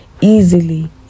easily